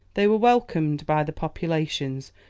they were welcomed by the populations,